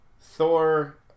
Thor